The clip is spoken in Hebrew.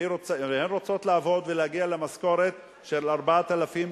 והן רוצות לעבוד ולהגיע למשכורת של 4,000,